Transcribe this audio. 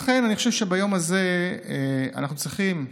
לכן אני חושב שביום הזה אנחנו צריכים,